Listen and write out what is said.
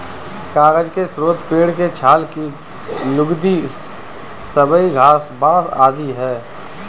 कागज के स्रोत पेड़ के छाल की लुगदी, सबई घास, बाँस आदि हैं